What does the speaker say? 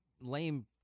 lame